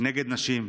נגד נשים,